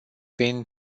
been